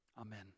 Amen